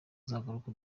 uzagaruka